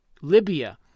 Libya